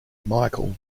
michael